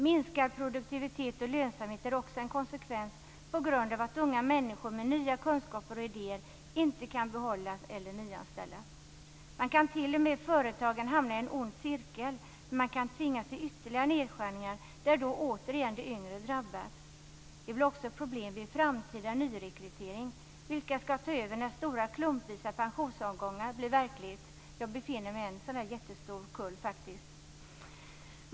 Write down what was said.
Minskad produktivitet och lönsamhet är också en konsekvens av att unga människor med nya kunskaper och idéer inte kan behållas eller nyanställas. Man kan t.o.m. i företagen hamna i en ond cirkel där man tvingas till ytterligare nedskärningar varvid de yngre återigen drabbas. Det blir också problem vid framtida nyrekrytering. Vilka skall ta över när stora klumpvisa pensionsavgångar blir verklighet? Jag tillhör faktiskt en sådan jättestor kull.